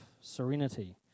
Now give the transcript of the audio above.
serenity